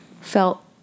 felt